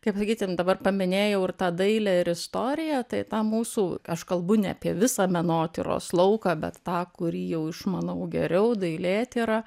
kaip sakysim dabar paminėjau ir tą dailę ir istoriją tai tą mūsų aš kalbu ne apie visą menotyros lauką bet tą kurį jau išmanau geriau dailėtyra